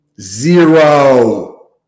Zero